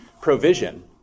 provision